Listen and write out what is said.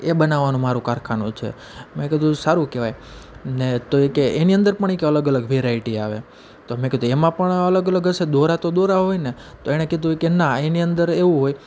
એ બનાવાનું મારું કારખાનું છે મે કીધું સારું કહેવાય ને તો એ કહે એની અંદર પણ એ કહે અલગ અલગ વેરાયટી આવે તો મેં કીધું એમાં પણ અલગ અલગ હશે દોરા તો દોરા હોયને તો એણે કીધું એ કહે ના એની અંદર એવું હોય